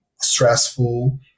stressful